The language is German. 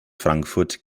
frankfurt